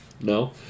No